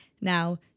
Now